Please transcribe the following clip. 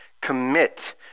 commit